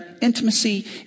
intimacy